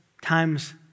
Time's